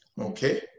okay